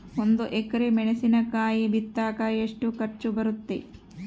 ಒಂದು ಎಕರೆ ಮೆಣಸಿನಕಾಯಿ ಬಿತ್ತಾಕ ಎಷ್ಟು ಖರ್ಚು ಬರುತ್ತೆ?